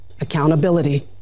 Accountability